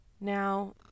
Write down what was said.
Now